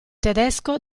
tedesco